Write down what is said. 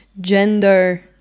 gender